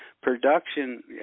Production